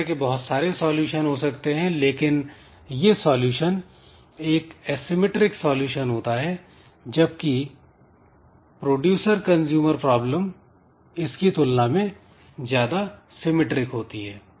इस तरह के बहुत सारे सॉल्यूशन हो सकते हैं लेकिन यह सॉल्यूशन एक एसिमिट्रिक सॉल्यूशन होता है जबकि प्रोड्यूसर कंज्यूमर प्रोबलम इसकी तुलना में ज्यादा सिमिट्रिक होती है